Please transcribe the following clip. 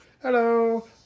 Hello